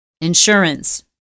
insurance